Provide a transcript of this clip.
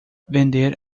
vender